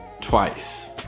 twice